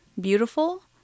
beautiful